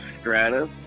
Stratus